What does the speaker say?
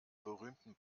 berühmten